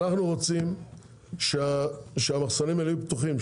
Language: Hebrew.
אנחנו רוצים שהמחסנים האלה יהיו פתוחים,